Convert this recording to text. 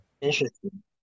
Interesting